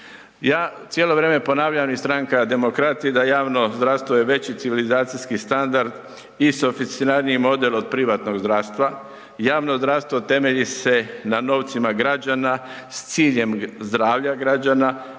Ja cijelo vrijeme ponavljam i Stranka Demokrati da javno zdravstvo je veći civilizacijski standard i softiciraniji model od privatnog zdravstva. Javno zdravstvo temelji se na novcima građana s ciljem zdravlja građana,